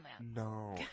No